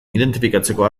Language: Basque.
identifikatzeko